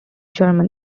german